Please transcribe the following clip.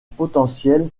potentiel